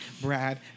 Brad